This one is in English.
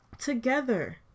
together